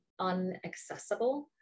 unaccessible